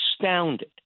astounded